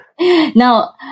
Now